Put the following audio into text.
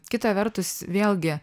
kita vertus vėlgi